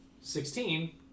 sixteen